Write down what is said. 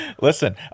Listen